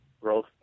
growth